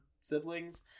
siblings